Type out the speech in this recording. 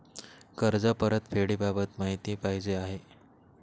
कर्ज परतफेडीबाबत माहिती पाहिजे आहे